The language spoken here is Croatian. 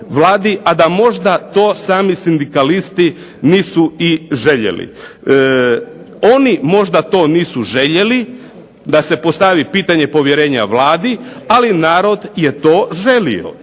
a da možda to sami sindikalisti nisu i željeli. Oni možda to nisu željeli da se postavi pitanje povjerenja Vladi ali narod je to želio